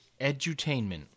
Edutainment